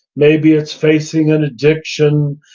maybe it's facing an addiction.